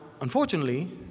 unfortunately